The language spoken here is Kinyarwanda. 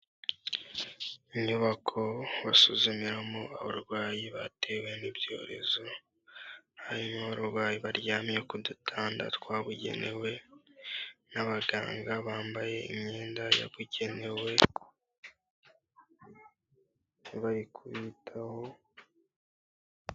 Inyubako basuzumiramo abarwayi batewe n'ibyorezo, harimo abaryamye ku dutanda twabugenewe n'abaganga bambaye imyenda yabugenewe bari kubitaho.